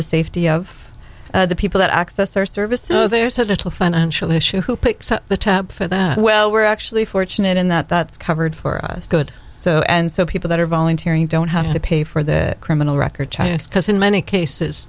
the safety of the people that access our service there are subtle financial issue who picks up the tab for that well we're actually fortunate in that that's covered for us good so and so people that are volunteering don't have to pay for that criminal record because in many cases